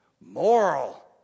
moral